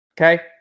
Okay